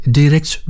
direct